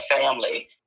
family